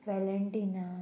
Valentina